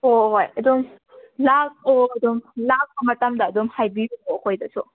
ꯍꯣ ꯍꯣ ꯍꯣꯏ ꯑꯗꯨꯝ ꯂꯥꯛꯑꯣ ꯑꯗꯨꯝ ꯂꯥꯛꯄ ꯃꯇꯝꯗ ꯑꯗꯨꯝ ꯍꯥꯏꯕꯤꯔꯛꯑꯣ ꯑꯩꯈꯣꯏꯗꯁꯨ